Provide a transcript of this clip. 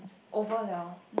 over liao